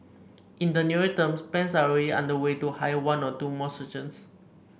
in the nearer term plans are already underway to hire one or two more surgeons